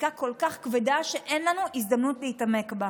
חקיקה כל כך כבדה שאין לנו הזדמנות להתעמק בה.